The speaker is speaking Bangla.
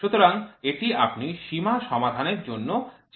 সুতরাং এটি আপনি সীমা সমাধানের জন্য চেষ্টা করবেন